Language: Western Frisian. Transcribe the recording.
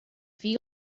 fielde